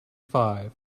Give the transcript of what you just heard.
five